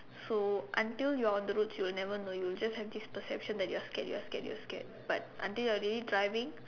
so until you are on the road you will never know you will have this perception that you are scared you are scared you are scared until you are really driving